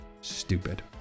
stupid